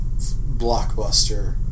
blockbuster